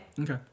Okay